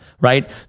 right